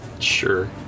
Sure